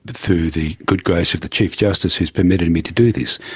but through the good grace of the chief justice who has permitted me to do this,